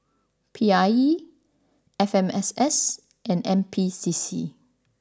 P I E F M S S and N P C C